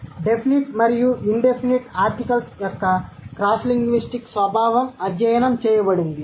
కాబట్టి డెఫినిట్ మరియు indefinite articles యొక్క క్రాస్లింగ్విస్టిక్ స్వభావము అధ్యయనం చేయబడింది